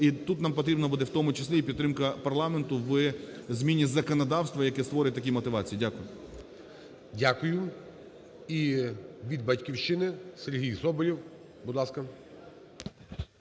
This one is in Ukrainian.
І тут нам потрібно буде, в тому числі, і підтримка парламенту у зміні законодавства, яке створить такі мотивації. Дякую. ГОЛОВУЮЧИЙ. Дякую. І від "Батьківщини" Сергій Соболєв, будь ласка.